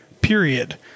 period